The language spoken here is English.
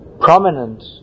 Prominent